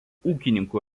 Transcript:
ūkininkų